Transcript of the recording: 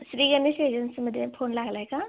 श्रीगणेश एजन्सीमध्ये फोन लागला आहे का